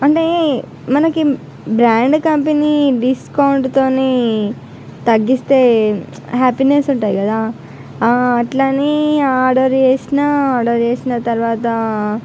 అంటే మనకి brand company డిస్కౌంట్తో తగ్గిస్తే హ్యాపీనెస్ ఉంటుంది కదా అట్ల ఆర్డర్ చేసిన ఆర్డర్ చేసిన తర్వాత